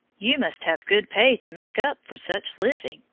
you must have good pay to make up for such living,